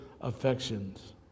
affections